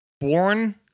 born